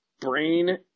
brain